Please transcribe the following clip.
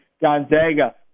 Gonzaga